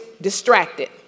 distracted